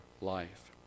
life